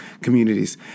communities